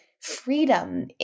freedom